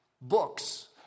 Books